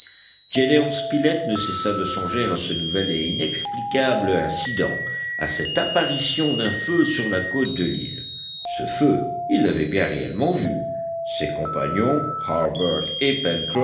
spilett ne cessa de songer à ce nouvel et inexplicable incident à cette apparition d'un feu sur la côte de l'île ce feu il l'avait bien réellement vu ses compagnons